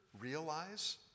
realize